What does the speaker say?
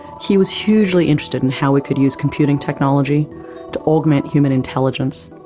he was hugely interested in how we could use computing technology to augment human intelligence,